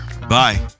Bye